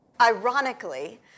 ironically